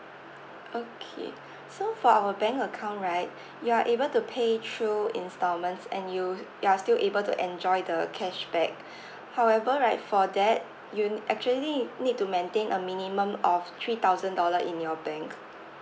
okay so for our bank account right you aee able to pay through installments and you you are still able to enjoy the cashback however right for that unique actually need to maintain a minimum of three thousand dollar in your bank